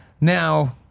Now